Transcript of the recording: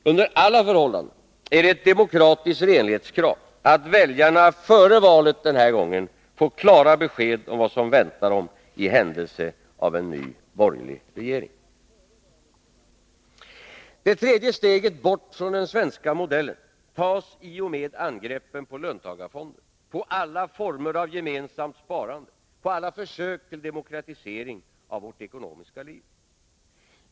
Under alla förhållanden är det ett demokratiskt renlighetskrav att väljarna före valet, den här gången, får klara besked om vad som väntar dem i händelse av en ny borgerlig regering. Det tredje steget bort från den svenska modellen tas i och med angreppen på löntagarfonder, på alla former av gemensamt sparande, på alla försök till demokratisering av vårt ekonomiska liv.